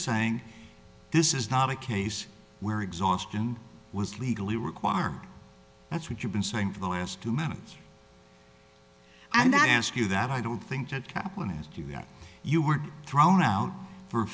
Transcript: saying this is not a case where exhaustion was legally required that's what you've been saying for the last two minutes and i ask you that i don't think that kaplan asked you that you were thrown out for